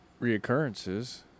reoccurrences